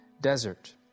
desert